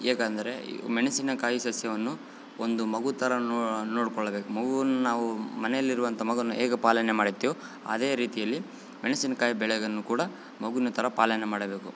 ಏಕೆಂದರೆ ಮೆಣಸಿನಕಾಯಿ ಸಸ್ಯವನ್ನು ಒಂದು ಮಗು ಥರ ನೋ ನೋಡಿಕೊಳ್ಳಬೇಕು ಮಗೂನ ನಾವು ಮನೆಯಲ್ಲಿರುವಂಥ ಮಗುವನ್ನು ಹೇಗೆ ಪಾಲನೆ ಮಾಡ್ತೀವೋ ಅದೇ ರೀತಿಯಲ್ಲಿ ಮೆಣಸಿನಕಾಯಿ ಬೆಳೆಯೋದನ್ನು ಕೂಡ ಮಗೂನ ಥರ ಪಾಲನೆ ಮಾಡಬೇಕು